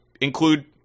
include